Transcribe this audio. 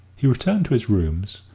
he returned to his rooms,